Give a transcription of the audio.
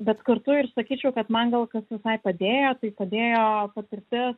bet kartu ir sakyčiau kad man gal kas visai padėjo tai padėjo patirtis